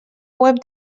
web